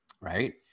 right